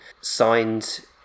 signed